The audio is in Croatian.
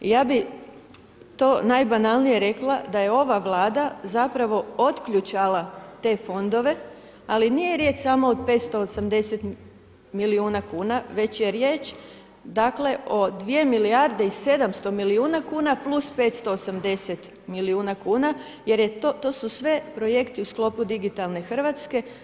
I ja bih to najbanalnije rekla da je ova Vlada zapravo otključala te fondove, ali nije riječ samo o 580 milijuna kuna već je riječ, dakle o 2 milijarde i 700 milijuna kuna plus 580 milijuna kuna jer to su sve projekti u sklopu digitalne Hrvatske.